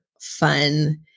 fun